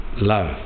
love